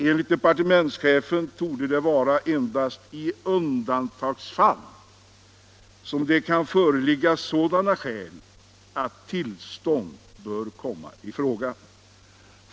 Enligt departementschefen borde det endast i undantagsfall föreligga sådana skäl att tillstånd bör komma i fråga.